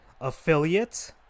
affiliate